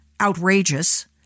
outrageous